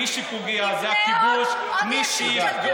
מי שפוגע זה הכיבוש, עוד, לטרור.